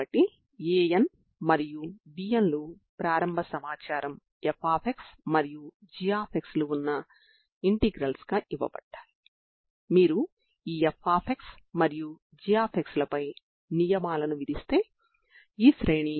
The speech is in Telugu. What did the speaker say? సెమీ ఇన్ఫినిటీ డొమైన్ ని పరిగణించినప్పుడు అదే సమస్యలను ఎలా పరిష్కరించాలో కూడా మనం చూసాము